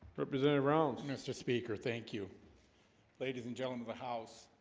represented rounds mr. speaker. thank you ladies and gentlemen the house